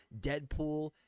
Deadpool